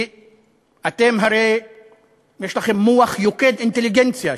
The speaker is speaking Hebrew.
אתם הרי יש לכם מוח יוקד אינטליגנציה,